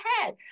ahead